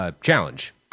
challenge